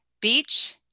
Beach